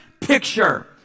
picture